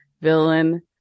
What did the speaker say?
villain